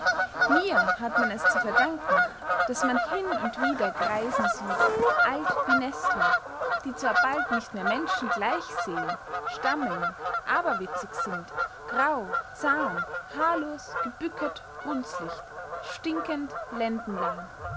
mir hat man es zu verdanken daß man hin und wieder greisen sieht alt wie nestor die zwar bald nicht mehr menschen gleich sehen stammeln aberwitzig sind grau zahn haarlos gebücket runzlicht stinkend